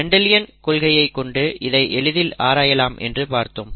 Mendelian கொள்கையை கொண்டு இதை எளிதில் ஆராயலாம் என்று பார்த்தோம்